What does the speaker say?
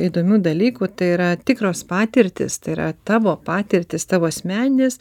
įdomių dalykų tai yra tikros patirtys tai yra tavo patirtys tavo asmeninės